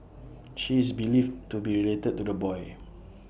she is believed to be related to the boy